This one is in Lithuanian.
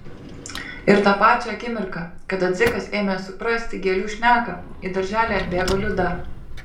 ir tą pačią akimirką kada dzikas ėmė suprasti gėlių šneką į darželį atbėgo liuda